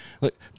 look